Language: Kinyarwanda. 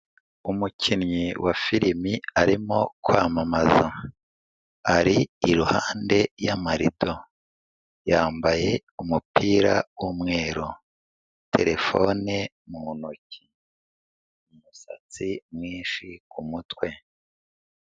Umukinnyi wa firimi arimo kwamamaza, ari iruhande y'amarido, yambaye umupira w'umweru, telefone mu ntoki, umusatsi mwinshi ku mutwe.